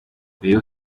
reyo